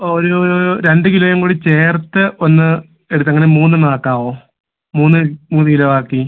ഒരു രണ്ട് കിലോയും കൂടി ചേർത്ത് ഒന്ന് എടുത്ത് അങ്ങനെ മൂന്ന് എന്ന് ആക്കാവോ മൂന്ന് മൂന്ന് കിലോ ആക്കി